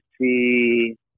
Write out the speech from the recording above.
see